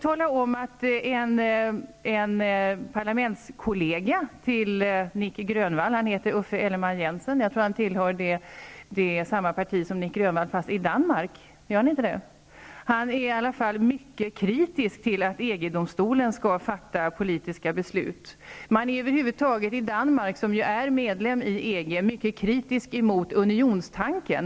Ellemann-Jensen -- jag tror att han tillhör samma parti som Nic Grönvall i Danmark -- är mycket kritisk till att EG-domstolen skall fatta politiska beslut. Man är över huvud taget mycket kritisk till unionstanken i Danmark, som ju är medlem i EG.